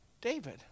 David